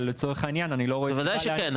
אבל לצורך העניין אני לא רואה סיבה --- בוודאי שכן,